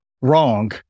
wrong